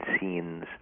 scenes